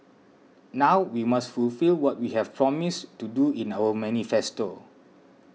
now we must fulfil what we have promised to do in our manifesto